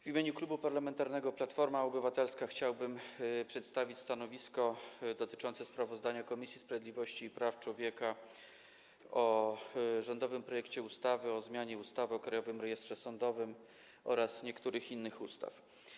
W imieniu Klubu Parlamentarnego Platforma Obywatelska chciałbym przedstawić stanowisko dotyczące sprawozdania Komisji Sprawiedliwości i Praw Człowieka o rządowym projekcie ustawy o zmianie ustawy o Krajowym Rejestrze Sądowym oraz niektórych innych ustaw.